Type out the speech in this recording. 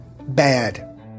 Bad